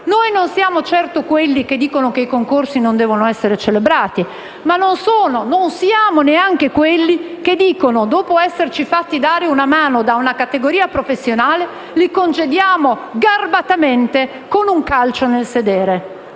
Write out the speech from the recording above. Noi non siamo certo quelli che dicono che i concorsi non devono essere celebrati, ma non siamo neanche quelli che dopo essersi fatti dare una mano dagli appartenenti a una categoria professionale, li congediamo garbatamente con un calcio nel sedere.